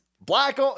Black